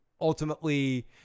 ultimately